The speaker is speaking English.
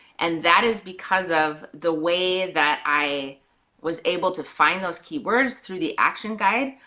and that is because of the way that i was able to find those keywords through the action guide,